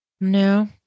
No